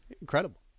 Incredible